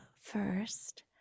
first